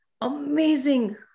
amazing